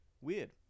Weird